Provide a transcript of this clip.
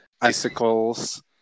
icicles